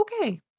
Okay